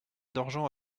d’argent